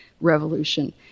revolution